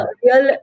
real